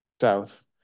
South